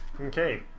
Okay